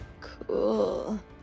cool